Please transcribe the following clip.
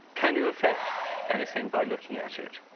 can you affect anything by looking at it?